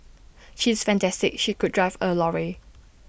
she is fantastic she could drive A lorry